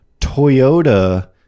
Toyota